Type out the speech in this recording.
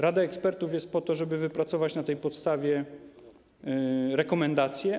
Rada ekspertów jest po to, żeby wypracować na tej podstawie rekomendacje.